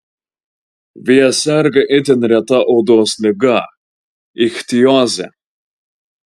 vėjas serga itin reta odos liga ichtioze